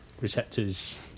receptors